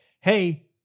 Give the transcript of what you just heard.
hey